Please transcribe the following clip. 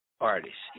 artists